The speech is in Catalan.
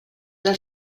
del